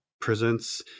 presents